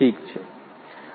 ઠીક છે